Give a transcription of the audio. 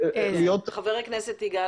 גברתי היושבת ראש,